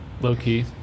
low-key